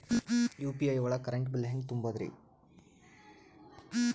UPI ಒಳಗ current bill ಹೆಂಗ್ ತುಂಬದ್ರಿ?